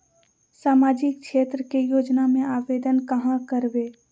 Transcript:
सामाजिक क्षेत्र के योजना में आवेदन कहाँ करवे?